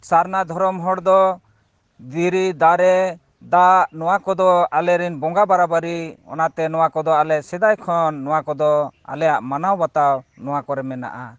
ᱥᱟᱨᱱᱟ ᱫᱷᱚᱨᱚᱢ ᱦᱚᱲ ᱫᱚ ᱫᱷᱤᱨᱤ ᱫᱟᱨᱮ ᱫᱟᱜ ᱱᱚᱣᱟ ᱠᱚᱫᱚ ᱟᱞᱮᱨᱮᱱ ᱵᱚᱸᱜᱟ ᱵᱟᱨᱟᱼᱵᱟᱹᱨᱤ ᱚᱱᱟᱛᱮ ᱱᱚᱣᱟ ᱠᱚᱫᱚ ᱟᱞᱮ ᱥᱮᱫᱟᱭ ᱠᱷᱚᱱ ᱱᱚᱣᱟ ᱠᱚᱫᱚ ᱟᱞᱮᱭᱟᱜ ᱢᱟᱱᱟᱣᱼᱵᱟᱛᱟᱣ ᱱᱚᱣᱟ ᱠᱚᱨᱮ ᱢᱮᱱᱟᱜᱼᱟ